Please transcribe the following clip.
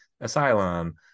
asylum